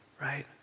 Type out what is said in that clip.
right